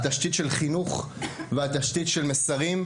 של חינו ושל מסרים,